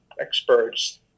experts